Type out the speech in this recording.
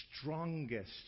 strongest